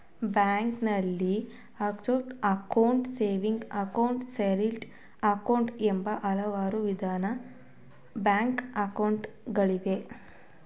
ಬ್ಯಾಂಕ್ನಲ್ಲಿ fixed account, saving account, salary account, ಎಂಬ ಹಲವಾರು ವಿಧದ ಬ್ಯಾಂಕ್ ಅಕೌಂಟ್ ಗಳಿವೆ